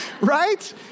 Right